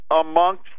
amongst